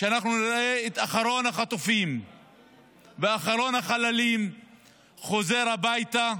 שאנחנו נראה את אחרון החטופים ואחרון החללים חוזר הביתה,